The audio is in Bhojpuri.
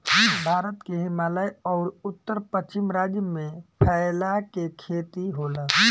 भारत के हिमालय अउर उत्तर पश्चिम राज्य में फैला के खेती होला